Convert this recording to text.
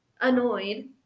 annoyed